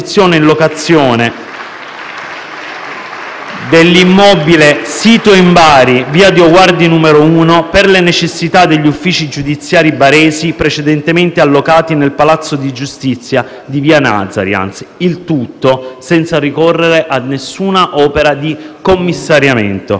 in locazione dell'immobile sito in Bari, via Dioguardi n. 1, per le necessità degli uffici giudiziari baresi precedentemente allocati nel palazzo di giustizia di via Nazariantz: il tutto senza ricorrere ad alcuna opera di commissariamento.